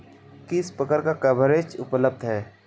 किस प्रकार का कवरेज उपलब्ध है?